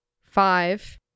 five